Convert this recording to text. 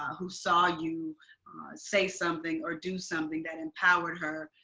who saw you say something or do something that empowered her,